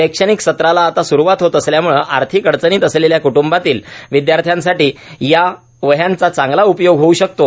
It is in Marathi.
शैक्षणिक सत्राला आता स्रवात होत असल्यामुळे आर्थिक अडचणीत असलेल्या कुटुंबातील विद्यार्थ्यांसाठी या वहयांचा चांगला उपयोग होऊ शकतो